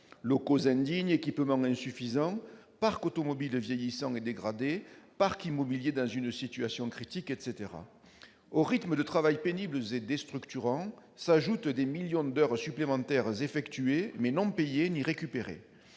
locaux indignes, équipements insuffisants, parc automobile vieillissant et dégradé, parc immobilier dans une situation critique, etc. Aux rythmes de travail pénibles et déstructurants s'ajoutent des millions d'heures supplémentaires effectuées mais non payées ni récupérées.